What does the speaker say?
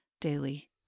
daily